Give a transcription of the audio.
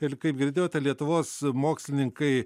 ir kaip girdėjote lietuvos mokslininkai